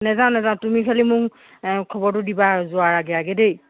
নেযাওঁ নেযাওঁ তুমি খালি মোক খবৰটো দিবা আৰু যোৱাৰ আগে আগে দেই